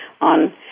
on